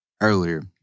earlier